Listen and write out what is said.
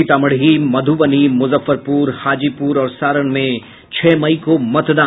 सीतामढ़ी मधुबनी मुजफ्फरपुर हाजीपुर और सारण में छह मई को मतदान